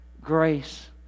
grace